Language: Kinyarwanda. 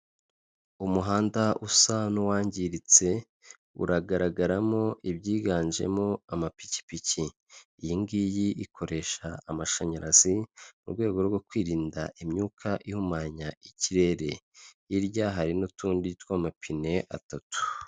Umuhanda usa n'uwangiritse uragaragaramo ibyiganjemo amapikipiki, iyi ngiyi ikoresha amashanyarazi, mu rwego rwo kwirinda imyuka ihumanya ikirere, hirya hari n'utundi tw'amapine atatu.